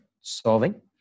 solving